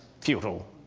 futile